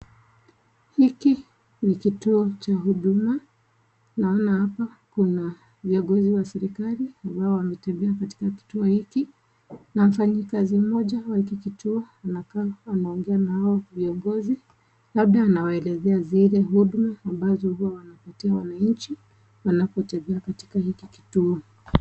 Hiki ni kituo cha Huduma naona hapa kuna viongozi wa serikali ambao wanatembea katika kituo hiki na mfanyikazi mmoja wa hiki kituo anakaa anaongea na hawa viongozi labda anawaelezea siri Huduma ambazo wananchi wanapotembea katika hiki kituo.